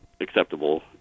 acceptable